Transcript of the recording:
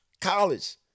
college